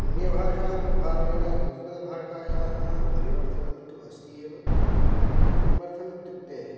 अन्यभाषाप्रभावेण संस्कृतभाषायाः परिवर्तनं तु अस्त्येव किमर्थमित्युक्ते